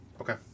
Okay